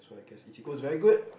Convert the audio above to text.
so I guess eatigo is very good